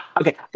Okay